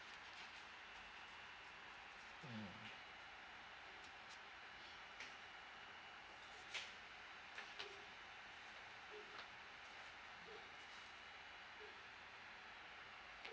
mm